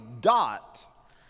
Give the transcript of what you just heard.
dot